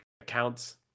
accounts